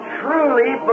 truly